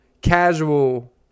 casual